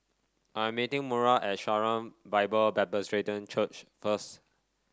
I am meeting Maura at Sharon Bible Presbyterian Church first